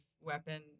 weapon